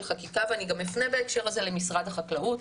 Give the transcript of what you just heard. חקירה ואני אפנה בהקשר הזה למשרד החקלאות,